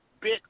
bit